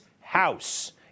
house